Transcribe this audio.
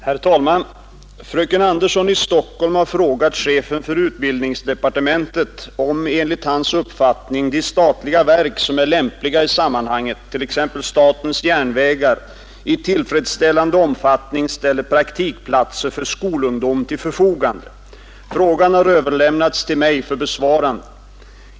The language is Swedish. Herr talman! Fröken Andersson i Stockholm har frågat chefen för utbildningsdepartementet om enligt hans uppfattning de statliga verk som är lämpliga i sammanhanget, t.ex. statens järnvägar, i tillfredsställande omfattning ställer praktikplatser för skolungdom till förfogande. Frågan har överlämnats till mig för besvarande.